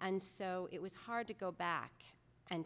and so it was hard to go back and